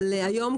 אבל היום,